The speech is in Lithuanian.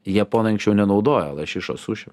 japonai anksčiau nenaudojo lašišos sušiam